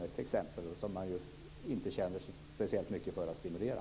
Dem känner man inte speciellt mycket för att stimulera.